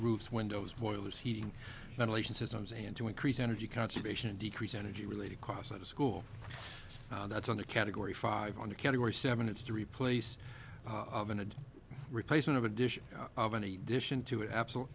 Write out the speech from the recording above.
roofs windows boilers heating ventilation systems and to increase energy conservation decrease energy related costs at a school that's on a category five on a category seven it's to replace a replacement of addition of any dish into an absolute